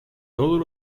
todos